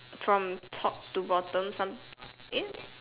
from top to bottom some eh